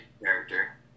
character